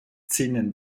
zinnen